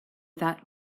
that